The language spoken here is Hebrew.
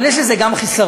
אבל יש לזה גם חיסרון,